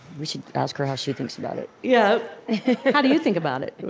we should ask her how she thinks about it yeah how do you think about it?